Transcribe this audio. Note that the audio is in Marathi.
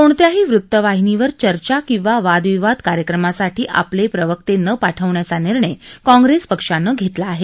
कोणत्याही वृत्तवाहिनीवर चर्चा किंवा वादविवाद कार्यक्रमासाठी आपले प्रवक्ते न पाठवण्याचा निर्णय काँग्रेस पक्षाने घेतला आहे